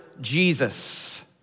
Jesus